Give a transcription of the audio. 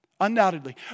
Undoubtedly